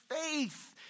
faith